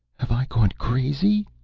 have i gone crazy?